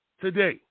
today